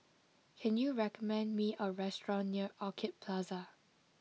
can you recommend me a restaurant near Orchid Plaza